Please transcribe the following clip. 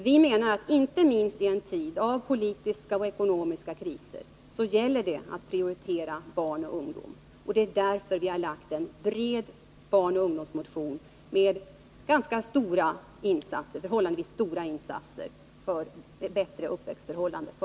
Vi menar att inte minst i en tid av politiska och ekonomiska kriser gäller det att prioritera barn och ungdom. Det är därför vi har lagt en bred barnoch ungdomsmotion med förslag om förhållandevis stora insatser för att ge dem bättre uppväxtförhållanden.